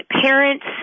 parents